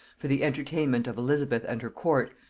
for the entertainment of elizabeth and her court,